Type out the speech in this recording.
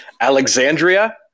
Alexandria